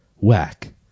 whack